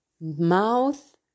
mouth